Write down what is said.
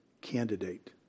candidate